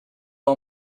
all